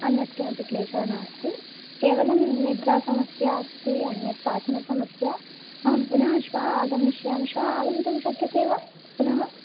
अन्यत् किमपि क्लेशः नास्ति केवलं निद्रासमस्या अस्ति अन्यत् पाचनसमस्या अनन्तरं श्वः आगमिष्यामि श्वः आगन्तुं शक्यते वा पुनः